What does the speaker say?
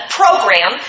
program